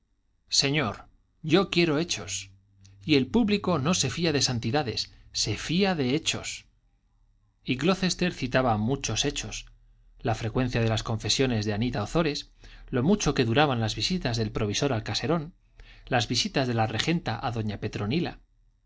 señor yo quiero hechos y el público no se fía de santidades se fía de hechos y glocester citaba muchos hechos la frecuencia de las confesiones de anita ozores lo mucho que duraban las visitas del provisor al caserón las visitas de la regenta a doña petronila